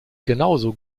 genauso